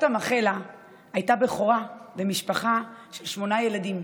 סבתא מכלה הייתה בכורה במשפחה של שמונה ילדים,